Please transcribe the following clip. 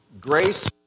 grace